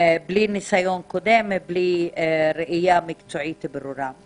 בלי ניסיון קודם ובלי ראייה מקצועית ברורה.